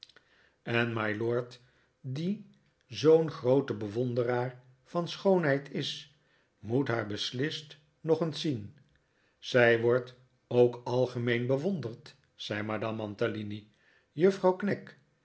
meisje bovenmylord die zoo'n groote bewonderaar van schoonheid is moet haar beslist nog eens zien zij wordt ook algemeend bewonderd zei madame mantalini juffrouw